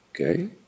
Okay